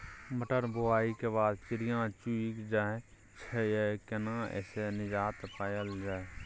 मटर बुआई के बाद चिड़िया चुइग जाय छियै केना ऐसे निजात पायल जाय?